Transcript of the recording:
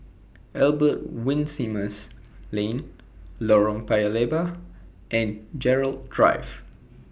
Albert Winsemius Lane Lorong Paya Lebar and Gerald Drive